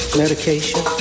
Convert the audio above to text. medication